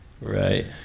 Right